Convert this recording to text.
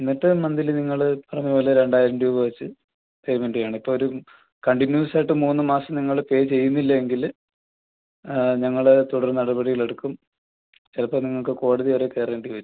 എന്നിട്ട് മന്ത്ലി നിങ്ങൾ പറഞ്ഞ പോലെ രണ്ടായിരം രൂപ വച്ച് പേമെൻ്റ് ചെയ്യണം ഇപ്പം ഒരു കണ്ടിന്യുവസ് ആയിട്ട് മൂന്ന് മാസം നിങ്ങൾ പേ ചെയ്യുന്നില്ലെങ്കിൽ ഞങ്ങൾ തുടർ നടപടികളെടുക്കും ചിലപ്പോൾ നിങ്ങൾക്ക് കോടതി വരെ കയറേണ്ടി വരും